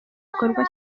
gikorwa